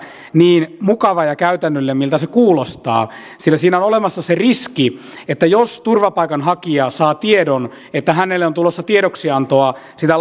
niin mukava ja käytännöllinen miltä se kuulostaa sillä siinä on olemassa se riski että jos turvapaikanhakija saa tiedon että hänelle on tulossa tiedoksiantoa sitä